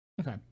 okay